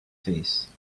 face